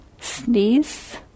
sneeze